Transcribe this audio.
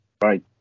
Right